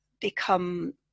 become